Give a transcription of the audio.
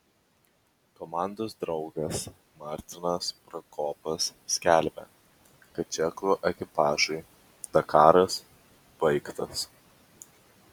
komandos draugas martinas prokopas skelbia kad čekų ekipažui dakaras baigtas